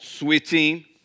Switching